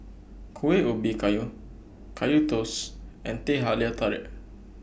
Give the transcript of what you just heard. Kueh Ubi Kayu Kaya Toast and Teh Halia Tarik